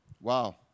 Wow